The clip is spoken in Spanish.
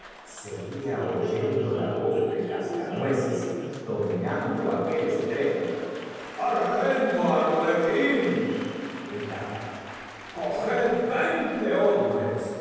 seguía oyendo la voz de cascanueces dominando aquel estrépito sargento arlequín gritaba coged veinte hombres